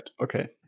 Okay